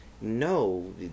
no